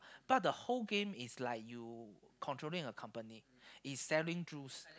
but the whole game is like you controlling a company is selling juice